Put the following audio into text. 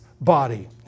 body